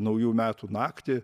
naujų metų naktį